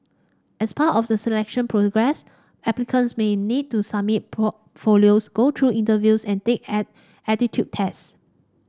as part of the selection process applicants may need to submit portfolios go through interviews and take add aptitude tests